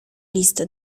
list